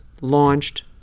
launched